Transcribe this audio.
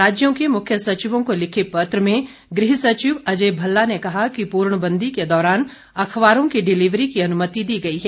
राज्यों के मुख्य सचिवों को लिखे पत्र में गृह सचिव अजय भल्ला ने कहा कि पूर्णबंदी के दौरान अखबारों की डिलीवरी की अनुमति दी गई है